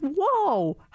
whoa